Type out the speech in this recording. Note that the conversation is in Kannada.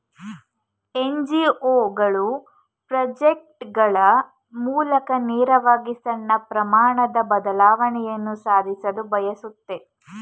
ಎನ್.ಜಿ.ಒ ಗಳು ಪ್ರಾಜೆಕ್ಟ್ ಗಳ ಮೂಲಕ ನೇರವಾಗಿ ಸಣ್ಣ ಪ್ರಮಾಣದ ಬದಲಾವಣೆಯನ್ನು ಸಾಧಿಸಲು ಬಯಸುತ್ತೆ